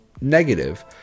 negative